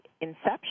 inception